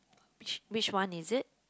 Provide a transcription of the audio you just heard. which which one is it